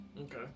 Okay